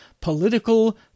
Political